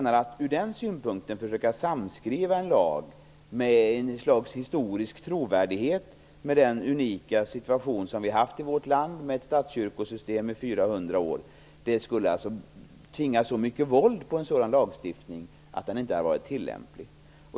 Att utifrån den synpunkten försöka samskriva en lag med ett slags historisk trovärdighet, med tanke på den unika situationen att vi har haft ett statskyrkosystem i 400 år i vårt land, skulle tvinga så mycket våld på en sådan lagstiftning att den inte hade varit tilllämplig.